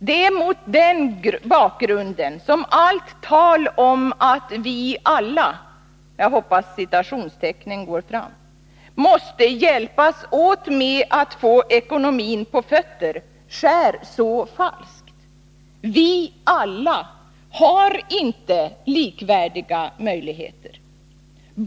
Det är mot den bakgrunden som allt tal om att ”vi alla” — jag hoppas att citationstecknen går fram — måste hjälpas åt med att få ekonomin på fötter skär så falskt. ”Vi alla” har inte likvärdiga möjligheter.